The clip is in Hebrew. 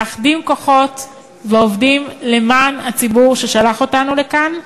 מאחדים כוחות ועובדים למען הציבור ששלח אותנו לכאן.